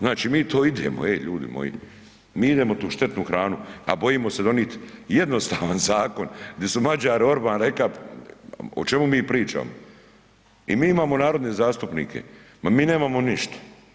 Znači mi to idemo, ej ljudi moji, mi idemo tu štetnu hranu, a bojimo se donit jednostavan zakon, di su Mađar Orban reka', o čemu mi pričamo, i mi imao narodne zastupnike, pa mi nemamo ništa.